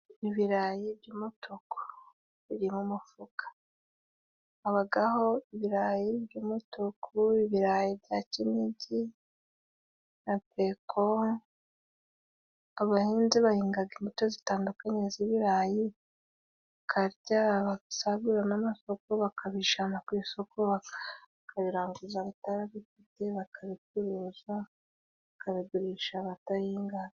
Ibirayi by'umutuku. Biri mu mufuka . Habagaho ibirayi by'umutuku, ibirayi bya kinigi na peko. Abahinzi bahinga imbuto zitandukanye z'ibirayi, bakarya bagasagurira n'amasoko bakabijana ku isoko bakabiranguza abatabifite, bakabicuruza, bakabigurisha abadahingaga.